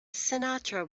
sinatra